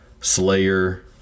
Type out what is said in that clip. slayer